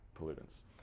pollutants